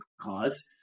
cause